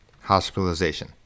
hospitalization